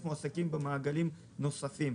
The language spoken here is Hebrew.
מועסקים במעגלים נוספים.